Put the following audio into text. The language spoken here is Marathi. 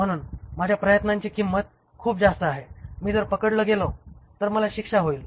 म्हणून माझ्या प्रयत्नांची किंमत खूप जास्त आहे मी जर पकडला गेलो तर मला शिक्षा होईल